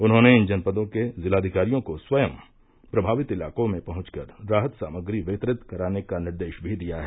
उन्होंने इन जनपदों के ज़िलाधिकारियों को स्वयं प्रभावित इलाकों में पहुंच कर राहत सामग्री वितरित करने का निर्देश भी दिया है